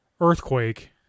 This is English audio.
earthquake